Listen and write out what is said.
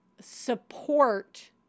support